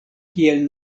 kiel